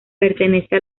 pertenece